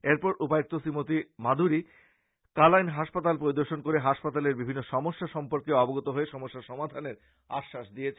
এরপর উপায়ুক্ত শ্রীমতি মাদ্দুরী কালাইন হাসপাতাল পরিদর্শন করে হাসপাতালের বিভিন্ন সমস্যা সর্ম্পকে অবগত হয়ে সমস্যা সমাধানের আশ্বাস দিয়েছেন